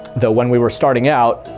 though when we were starting out,